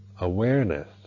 awareness